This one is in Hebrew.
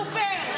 הקניות בסופר?